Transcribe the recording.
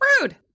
Rude